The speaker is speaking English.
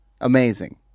amazing